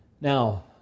Now